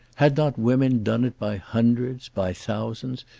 had not women done it by hundreds, by thousands,